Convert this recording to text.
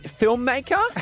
Filmmaker